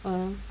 err